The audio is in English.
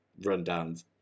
rundowns